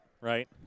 right